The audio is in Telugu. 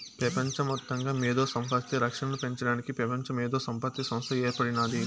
పెపంచ మొత్తంగా మేధో సంపత్తి రక్షనను పెంచడానికి పెపంచ మేధోసంపత్తి సంస్త ఏర్పడినాది